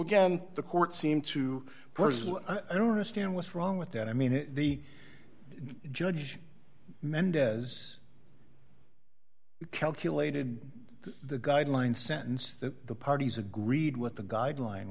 again the court seemed to i don't understand what's wrong with that i mean the judge mendez calculated the guideline sentence that the parties agreed with the guideline